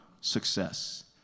success